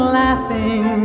laughing